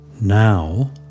Now